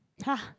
!huh!